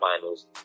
finals